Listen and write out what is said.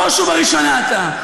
בראש ובראשונה אתה,